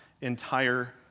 entire